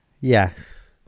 yes